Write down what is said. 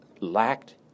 lacked